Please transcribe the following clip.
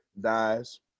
dies